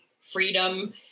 freedom